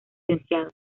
lic